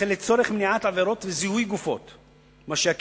וכן לצורך מניעת עבירות ולצורך זיהוי גופות,